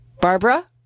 Barbara